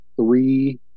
three